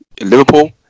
Liverpool